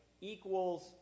equals